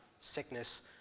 sickness